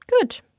Good